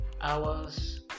hours